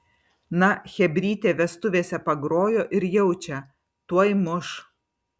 na chebrytė vestuvėse pagrojo ir jaučia tuoj muš